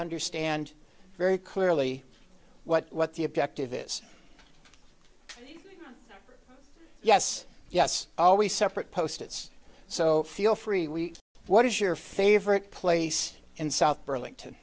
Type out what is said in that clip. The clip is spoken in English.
understand very clearly what the objective is yes yes always separate posts so feel free we what is your favorite place in south burlington